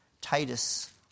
Titus